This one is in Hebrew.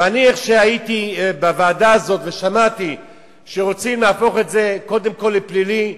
כשהייתי בוועדה הזאת ושמעתי שרוצים להפוך את זה קודם כול לפלילי,